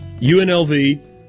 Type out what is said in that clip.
UNLV